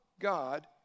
God